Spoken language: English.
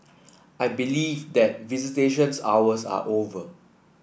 I believe that visitations hours are over